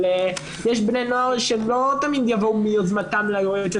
אבל יש בני נוער שלא תמיד יבואו מיוזמתם ליועצת